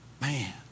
man